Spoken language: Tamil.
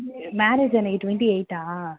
மேரேஜ் என்னைக்கு டுவென்ட்டி எய்ட்டா